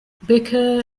becker